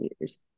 years